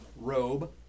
robe